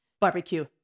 Barbecue